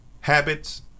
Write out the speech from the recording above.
habits